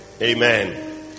Amen